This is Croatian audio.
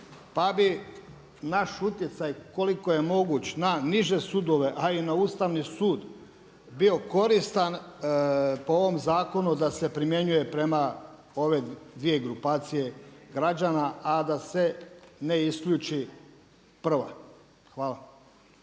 pa bi naš utjecaj ukoliko je moguć na niže sudove, a i na Ustavni sud bio koristan po ovom zakonu da se primjenjuje prema ove dvije grupacije građana, a da se ne isključi prva. Hvala.